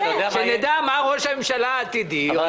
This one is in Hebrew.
שנדע מה ראש הממשלה העתידי יגיד לנו.